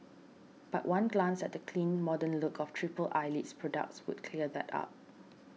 but one glance at the clean modern look of Triple Eyelid's products would clear that up